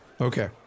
Okay